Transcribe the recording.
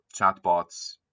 chatbots